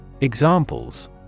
Examples